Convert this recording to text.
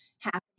happening